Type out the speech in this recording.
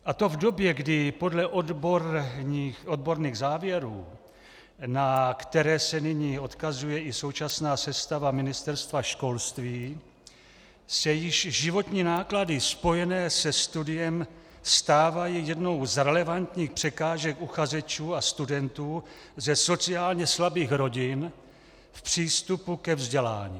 A to v době, kdy podle odborných závěrů, na které se nyní odkazuje i současná sestava Ministerstva školství, se již životní náklady spojené se studiem stávají jednou z relevantních překážek uchazečů a studentů ze sociálně slabých rodin v přístupu ke vzdělání.